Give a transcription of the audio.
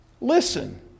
listen